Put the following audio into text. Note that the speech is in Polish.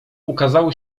ukazały